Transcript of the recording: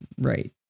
Right